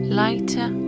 lighter